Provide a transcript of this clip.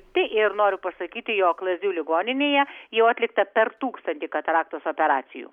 tai ir noriu pasakyti jog lazdijų ligoninėje jau atlikta per tūkstantį kataraktos operacijų